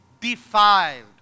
defiled